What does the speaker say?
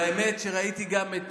והאמת שראיתי גם את